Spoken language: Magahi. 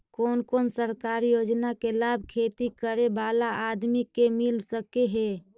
कोन कोन सरकारी योजना के लाभ खेती करे बाला आदमी के मिल सके हे?